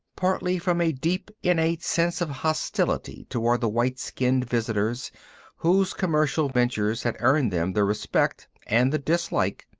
partly from a deep, innate sense of hostility toward the white-skinned visitors whose commercial ventures had earned them the respect, and the dislike,